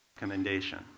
recommendation